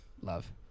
love